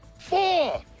Four